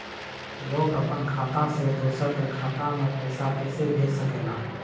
लोग अपन खाता से दोसर के खाता में पैसा कइसे भेज सकेला?